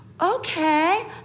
Okay